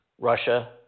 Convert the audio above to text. Russia